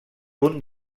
punt